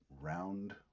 Round